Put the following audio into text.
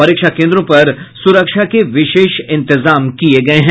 परीक्षा केंद्रों पर सुरक्षा के विशेष इंतजाम किये गये हैं